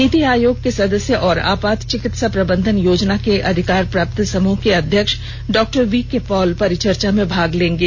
नीति आयोग के सदस्य और आपात चिकित्सा प्रबंधन योजना के अधिकार प्राप्त समूह के अध्यक्ष डॉक्टर वीके पॉल परिचर्चा में भाग लेंगे